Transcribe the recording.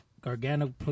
Gargano